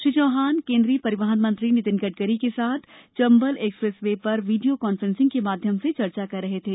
श्री चौहान केन्द्रीय परिवहन मंत्री नितिन गडकरी के साथ चंबल एक्सप्रेस वे पर वीडियो कान्फ्रेंसिंग के माध्यम से चर्चा कर रहे थे